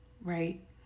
right